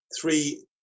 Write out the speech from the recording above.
three